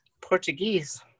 Portuguese